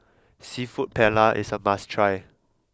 Seafood Paella is a must try